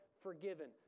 forgiven